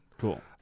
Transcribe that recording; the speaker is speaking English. Cool